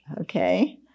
Okay